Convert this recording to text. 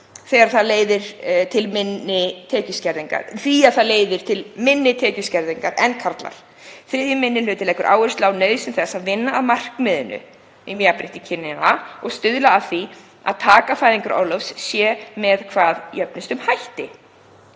þegar það leiðir til minni tekjuskerðingar en karlar. 3. minni hluti leggur áherslu á nauðsyn þess að vinna að markmiðinu um jafnrétti kynjanna og að stuðla að því að taka fæðingarorlofs sé með hvað jöfnustum hætti.